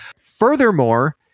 Furthermore